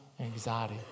anxiety